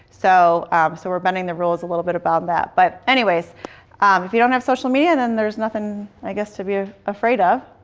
so so we're bending the rules a little bit about that. but anyways if you don't have social media, then there's nothing i guess to be afraid of,